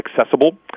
accessible